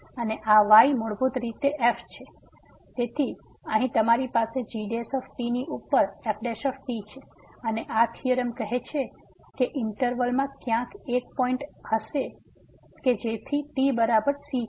અને આ y મૂળભૂત રીતે f છે તેથી અહીં તમારી પાસે g ની ઉપર f છે અને આ થીયોરમ કહે છે કે ઈંટરવલ માં ક્યાંક એક પોઈંટ હશે કે જેથી t બરાબર c છે